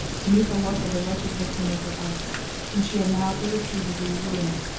to meet the look of the wretched victim of her arts whom she had now irretrievably ruined.